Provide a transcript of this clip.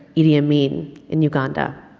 idi amin, in uganda.